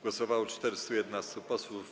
Głosowało 411 posłów.